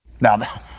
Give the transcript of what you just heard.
Now